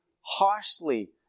harshly